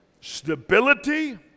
stability